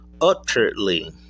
utterly